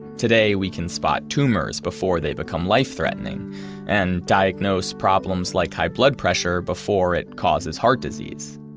today we can spot tumors before they become life-threatening and diagnose problems like high blood pressure before it causes heart disease.